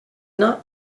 not